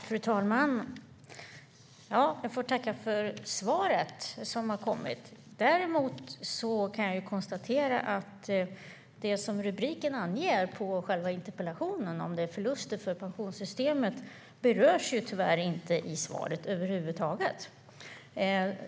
Fru talman! Jag vill tacka statsrådet för svaret. Däremot kan jag konstatera att det som interpellationens rubrik anger om förluster för pensionssystemet tyvärr inte berörs i svaret över huvud taget.